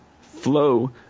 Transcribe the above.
flow